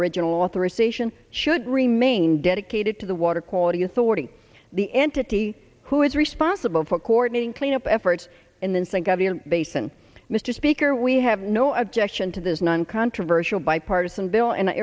original authorization should remain dedicated to the water quality authority the entity who is responsible for coordinating cleanup efforts and then think of the basin mr speaker we have no objection to this non controversial bipartisan bill and i